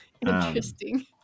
Interesting